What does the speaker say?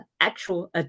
actual